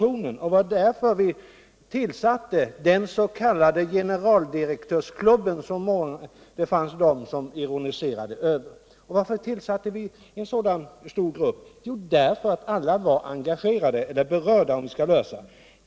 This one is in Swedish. För att belysa hela detta område tillsatte vi den s.k. generaldirektörsklubben, som somliga ironiserade över. Det var nödvändigt att tillsätta en sådan stor grupp, eftersom så många var berörda av de olika problem som skulle lösas.